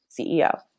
CEO